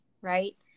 right